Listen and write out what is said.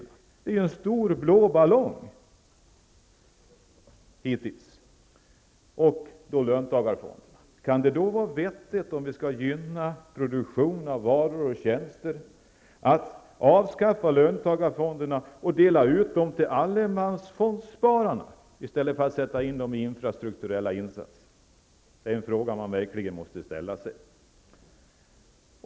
Ja, hittills har vi bara sett en stor blå ballong. Sedan gäller det löntagarfonderna. Kan det vara vettigt, om vi nu skall gynna produktion av varor och tjänster, att avskaffa löntagarfonderna och dela ut medlen bland allemansfondsspararna i stället för att avsätta medlen till infrastrukturella insatser? Det är en fråga som verkligen måste ställas.